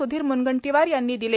स्धीर म्नगंटीवार यांनी दिले